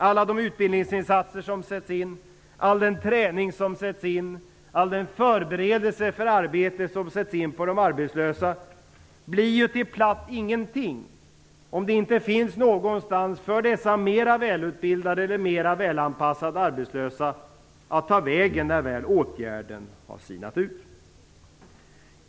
Alla de utbildningsinsatser som sätts in, all den träning som sätts in och all den förberedelse för arbete som sätts in för de arbetslösa blir ju till platt ingenting om det inte finns någonstans för dessa mer välutbildade, eller välanpassade, arbetslösa att ta vägen när åtgärden väl har sinat ut.